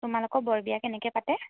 তোমালোকৰ বৰবিয়া কেনেকৈ পাতে